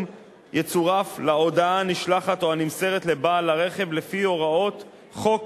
יצורף להודעה הנשלחת או נמסרת לבעל הרכב לפי הוראות חוק